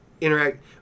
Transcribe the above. interact